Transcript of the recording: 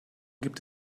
gibt